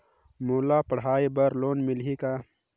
मोला पढ़ाई बर लोन मिलही का?